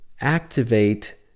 activate